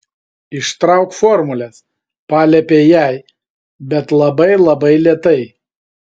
ištrauk formules paliepė jai bet labai labai lėtai